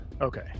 Okay